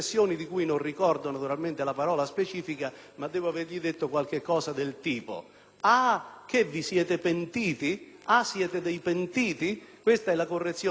Ah, siete dei pentiti?». Questa è la correzione, ma non fa niente, è tardi; sarò io a far conoscere a tutte le città italiane interessate che cosa dice il PD,